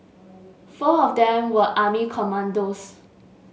four of them were army commandos